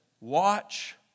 Watch